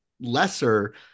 lesser